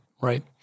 right